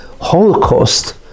Holocaust